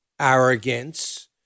arrogance